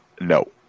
no